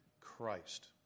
Christ